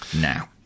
now